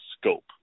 scope